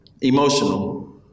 emotional